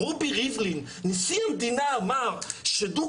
'רובי ריבלין נשיא המדינה אמר שדו